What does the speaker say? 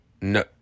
No